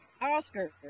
Oscar